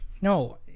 No